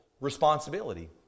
responsibility